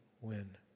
win